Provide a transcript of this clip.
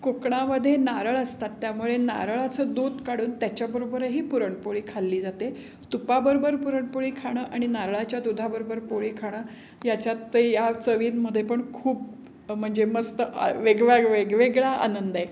कोकणामध्ये नारळ असतात त्यामुळे नारळाचं दूध काढून त्याच्याबरोबरही पुरणपोळी खाल्ली जाते तुपाबरोबर पुरणपोळी खाणं आणि नारळाच्या दुधाबरोबर पोळी खाणं याच्यात या चवींमध्ये पण खूप म्हणजे मस्त आ वेगवेग वेगवेगळा आनंद आहे